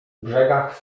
brzegach